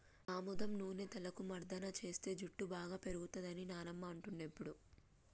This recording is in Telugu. ఆముదం నూనె తలకు మర్దన చేస్తే జుట్టు బాగా పేరుతది అని నానమ్మ అంటుండే ఎప్పుడు